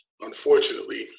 unfortunately